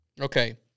Okay